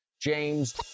James